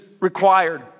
required